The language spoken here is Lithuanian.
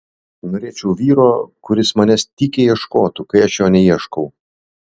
norėčiau vyro kuris manęs tykiai ieškotų kai aš jo neieškau